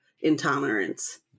intolerance